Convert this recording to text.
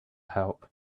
help